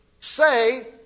say